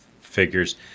figures